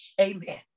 Amen